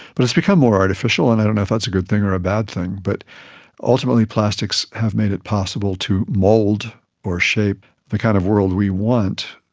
but it has become more artificial and i don't know if that's a good thing or a bad thing, but ultimately plastics have made it possible to mould or shape the kind of world we want,